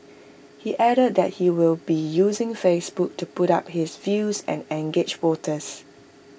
he added that he will be using Facebook to put up his views and engage voters